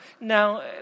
Now